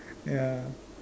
ya